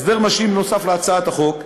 הסדר משלים נוסף להצעת החוק,